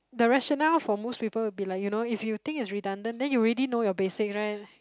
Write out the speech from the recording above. the rationale for most people will be like you know if you think is redundant then you already know your basic right